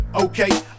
okay